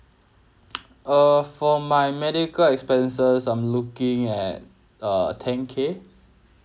uh for my medical expenses I'm looking at uh ten K